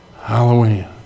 Halloween